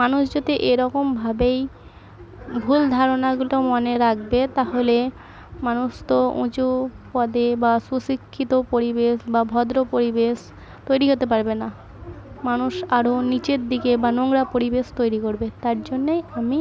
মানুষ যদি এরকমভাবেই ভুল ধারণাগুলো মনে রাকবে তাহলে মানুষ তো উঁচু পদে বা সুশিক্ষিত পরিবেশ বা ভদ্র পরিবেশ তৈরি হতে পারবে না মানুষ আরো নিচের দিকে বা নোংরা পরিবেশ তৈরি করবে তার জন্যেই আমি